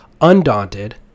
Undaunted